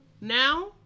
now